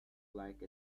like